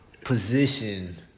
position